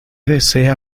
desea